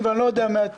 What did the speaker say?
אני מתנצל על האיחור.